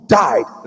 died